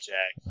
Jack